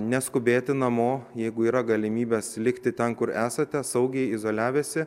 neskubėti namo jeigu yra galimybės likti ten kur esate saugiai izoliavęsi